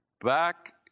Back